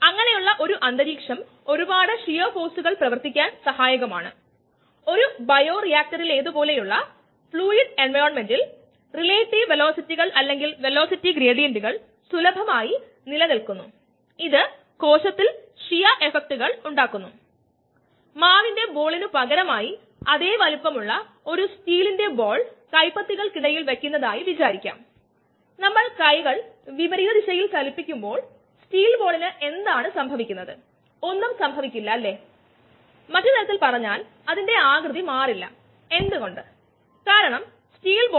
ഇങ്ങനെയാണെങ്കിൽ നമുക്ക് പറയാം ഇത് ഒരു അടച്ച പാത്രത്തിനുള്ളിൽ സംഭവിക്കുന്നു ഒരു ബാച്ച് റിയാക്റ്റർ നമ്മുടെ സിസ്റ്റമായി അതിനെ നമുക്ക് എടുക്കാം ഉൽപ്പന്നത്തിൽ ഒരു മാസ് ബാലൻസ് എഴുതുകയാണെങ്കിൽ നമ്മൾ ഉൽപ്പന്നത്തിൽ ശ്രദ്ധ കേന്ദ്രീകരിക്കാൻ പോകുന്നു കൂടാതെ ഉൽപ്പന്നത്തിനായി ഒരു മാസ് ബാലൻസ് എഴുതുക അത് ഉൽപ്പന്നത്തിന്റെ ഉൽപാദന നിരക്ക് നൽകും അത് ഇവിടെ നൽകിയിരിക്കുന്നു ഉപഭോഗനിരക്ക് കുറയ്ക്കുകയാണ് വേണ്ടത് ഓർമ്മിക്കുക ഇതൊരു ബാച്ച് റിയാക്ഷൻ ആണ് അതിനാൽ ഇൻപുട്ട് ഔട്ട്പുട്ട് പദങ്ങളും പൂജ്യമാണ് അതിനാൽ മറ്റൊന്ന് ഈ രണ്ട് പദങ്ങളും ഉണ്ടാവില്ല മാത്രമല്ല ഉൽപ്പന്നവുമായി ബന്ധപ്പെട്ട ജനറേഷനും ഉപഭോഗ നിബന്ധനകളും മാത്രമേ നമുക്ക് ഉള്ളൂ